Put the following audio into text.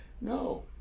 No